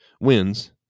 wins